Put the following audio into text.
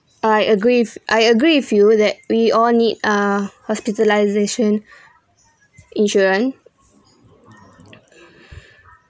I agree I agree with you that we all need uh hospitalisation insurance